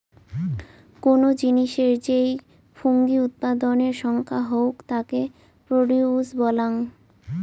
কোনো জিনিসের যেই ফুঙ্গি উৎপাদনের সংখ্যা হউক তাকে প্রডিউস বলাঙ্গ